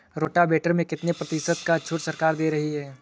Rotavator में कितनी प्रतिशत का छूट सरकार दे रही है?